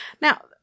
now